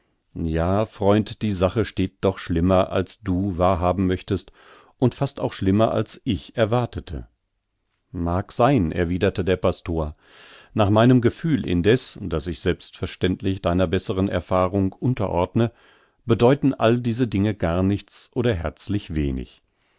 ja freund die sache steht doch schlimmer als du wahr haben möchtest und fast auch schlimmer als ich erwartete mag sein erwiderte der pastor nach meinem gefühl indeß das ich selbstverständlich deiner besseren erfahrung unterordne bedeuten all diese dinge gar nichts oder herzlich wenig